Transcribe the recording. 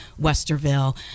Westerville